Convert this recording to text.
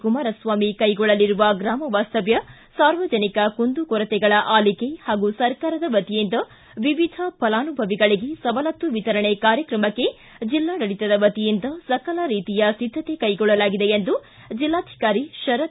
ಕುಮಾರಸ್ವಾಮಿ ಕೈಗೊಳ್ಳಲಿರುವ ಗ್ರಾಮವಾಸ್ತವ್ಯ ಸಾರ್ವಜನಿಕ ಕುಂದು ಕೊರತೆಗಳ ಆಲಿಕೆ ಹಾಗೂ ಸರ್ಕಾರದ ವತಿಯಿಂದ ವಿವಿಧ ಫಲಾನುಭವಿಗಳಿಗೆ ಸವಲತ್ತು ವಿತರಣೆ ಕಾರ್ಯಕ್ರಮಕ್ಕೆ ಜಿಲ್ಲಾಡಳಿತದ ವತಿಯಿಂದ ಸಕಲ ರೀತಿಯ ಸಿದ್ದತೆ ಕೈಗೊಳ್ಳಲಾಗಿದೆ ಎಂದು ಜಿಲ್ಲಾಧಿಕಾರಿ ಶರತ್